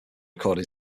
recording